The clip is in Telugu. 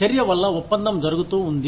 చర్య వల్ల ఒప్పందం జరుగుతూ ఉంది